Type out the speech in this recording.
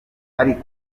ariko